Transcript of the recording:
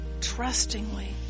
trustingly